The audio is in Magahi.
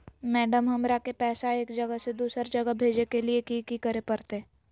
मैडम, हमरा के पैसा एक जगह से दुसर जगह भेजे के लिए की की करे परते?